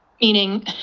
Meaning